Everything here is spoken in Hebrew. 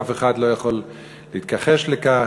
אף אחד לא יכול להתכחש לכך,